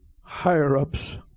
higher-ups